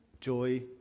joy